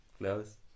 Close